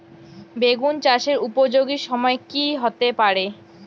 বেগুন চাষের উপযোগী সময় কি হতে পারে?